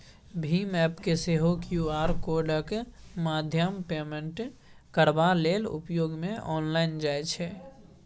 भीम app केँ सेहो Q R कोडक माध्यमेँ पेमेन्ट करबा लेल उपयोग मे आनल जाइ छै